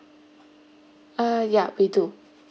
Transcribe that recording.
uh yup we do